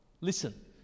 Listen